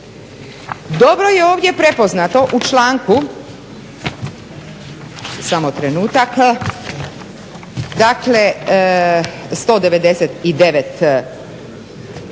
Dobro je ovdje prepoznato u članku, samo trenutak, dakle 199.d